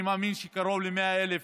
אני מאמין שקרוב ל-100,000